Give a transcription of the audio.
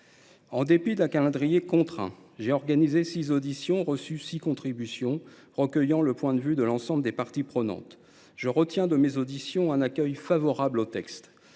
En dépit d’un calendrier contraint, j’ai organisé six auditions et reçu six contributions, recueillant ainsi les points de vue de l’ensemble des parties prenantes. J’en retiens que ce texte est accueilli favorablement.